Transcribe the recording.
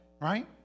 right